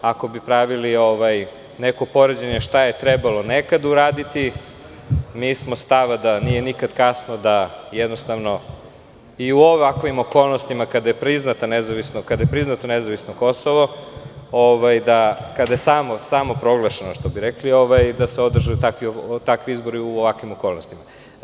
Ako bi pravili neko poređenje šta je trebalo nekad uraditi, mi smo stava da nije nikada kasno da i u ovakvim okolnostima, kada je priznato nezavisno Kosovo, kada je samo proglašeno, što bi rekli, da se održe takvi izbori u ovakvim okolnostima.